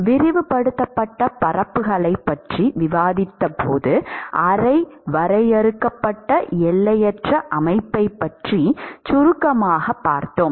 விரிவுபடுத்தப்பட்ட பரப்புகளைப் பற்றி விவாதித்தபோது அரை வரையறுக்கப்பட்ட எல்லையற்ற அமைப்பை பற்றி சுருக்கமாகப் பார்த்தோம்